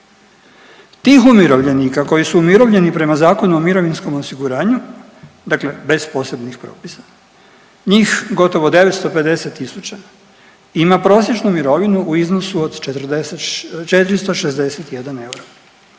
Tih umirovljenika koji su umirovljeni prema Zakonu o mirovinskom osiguranju, dakle bez posebnih propisa njih gotovo 950 tisuća ima prosječnu mirovinu u iznosu od 461 euro.